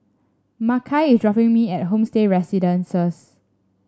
Makai is dropping me off at Homestay Residences